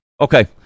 okay